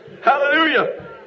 Hallelujah